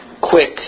quick